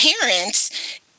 parents